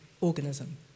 organism